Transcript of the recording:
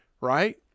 right